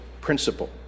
principle